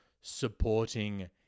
supporting